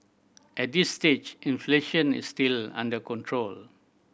at this stage inflation is still under control